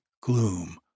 gloom